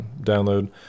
download